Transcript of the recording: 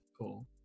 cool